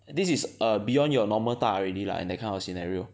this is err beyond your normal 大 already lah in that kind of scenario